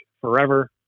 forever